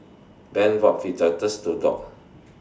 Van bought Fajitas to Dock